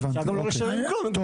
אפשר גם לא לשלם כלום.